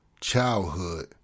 childhood